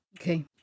Okay